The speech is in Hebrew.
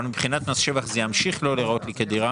אבל מבחינת מס שבח זה ימשיך לא להיראות לי כדירה